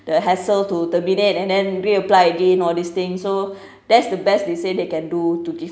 the hassle to terminate and then reapply again all this thing so that's the best they say they can do to give